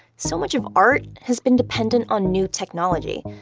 so much of art has been dependent on new technology.